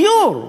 דיור,